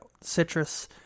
citrus